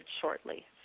shortly